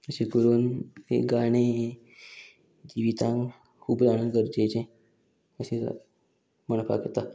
अशें करून एक गाणें हें जिवितांक खूब जाणांक गरजेचें अशें म्हणपाक येता